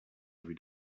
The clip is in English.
every